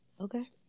Okay